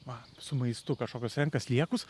va su maistu kažkokios renka sliekus